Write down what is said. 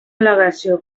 al·legació